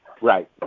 Right